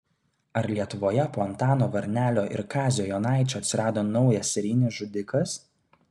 ar lietuvoje po antano varnelio ir kazio jonaičio atsirado naujas serijinis žudikas